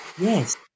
Yes